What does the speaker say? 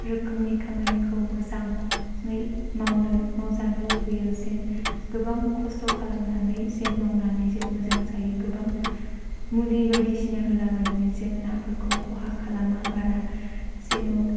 रोखोमनि खामानिखौ मोजाङै मावनो मावजानो लुबैयो जेन गोबां खस्त' खालामनानै जेन मावनानै जों मोजां जायो गोबां मुलि बायदिसिना होला बायनानै जेन नाफोरखौ खहा खालामा बारा जेन